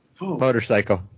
Motorcycle